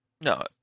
No